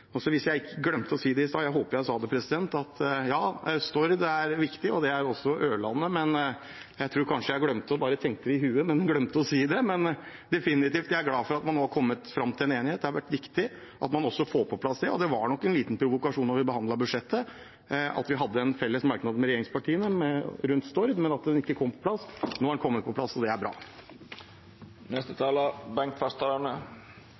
Hvis jeg glemte å si det i sted, jeg håper jeg sa det: Ja, Stord er viktig, og det er også Ørland. Jeg tror kanskje jeg glemte det, at jeg bare tenkte det i hodet, men glemte å si det. Jeg er definitivt glad for at man nå har kommet fram til en enighet, det har vært viktig å få på plass. Det var nok en liten provokasjon da vi behandlet budsjettet, at vi hadde en felles merknad om Stord med regjeringspartiene, men at den ikke kom på plass. Nå er den kommet på plass, og det er bra.